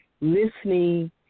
listening